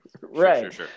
Right